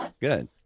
Good